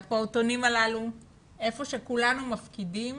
לפעוטונים הללו, היכן שכולנו מפקידים